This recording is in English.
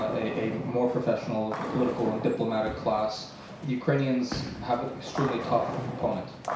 a more professional political and diplomatic class. the ukrainians have an extremely tough opponent.